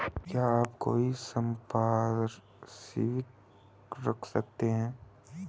क्या आप कोई संपार्श्विक रख सकते हैं?